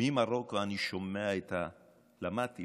ממרוקו אני שומע, למדתי